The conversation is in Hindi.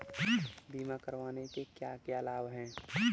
बीमा करवाने के क्या क्या लाभ हैं?